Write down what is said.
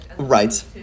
Right